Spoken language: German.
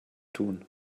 tun